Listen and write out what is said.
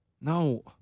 no